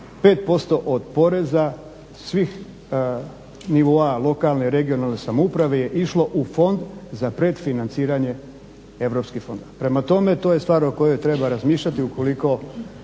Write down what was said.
5% od poreza svih nivoa lokalne, regionalne samouprave je išlo u fond za predfinanciranje europskih fondova. Prema tome to je stvar o kojoj treba razmišljati ukoliko